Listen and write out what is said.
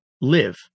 live